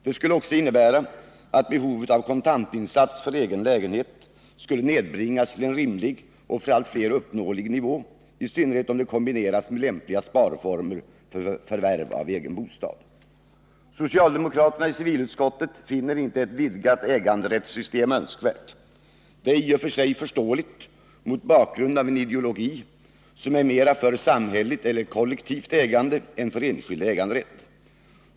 Det skulle också innebära att behovet av kontantinsats för egen lägenhet skulle nedbringas till en rimlig och för allt fler uppnåelig nivå, i synnerhet om det kombineras med lämpliga sparformer för förvärv av egen bostad. Socialdemokraterna i civilutskottet finner inte ett vidgat äganderättssystem önskvärt. Detta är i och för sig förståeligt mot bakgrund av en ideologi som är mera för samhälleligt eller kollektivt ägande än för enskild äganderätt.